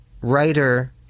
writer